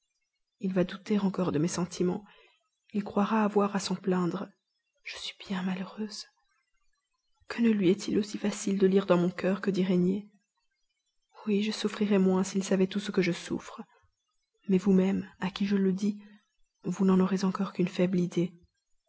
il va douter encore de mes sentiments il croira avoir à s'en plaindre je suis bien malheureuse que ne lui est-il aussi facile de lire dans mon cœur que d'y régner oui je souffrirais moins s'il savait tout ce que je souffre mais vous-même à qui je le dis vous n'en aurez encore qu'une faible idée